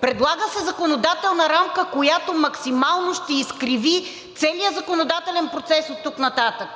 предлага се законодателна рамка, която максимално ще изкриви целия законодателен процес оттук нататък.